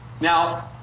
Now